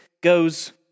goes